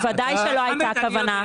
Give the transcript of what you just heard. בוודאי שלא הייתה כוונה.